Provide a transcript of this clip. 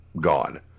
gone